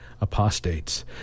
Apostates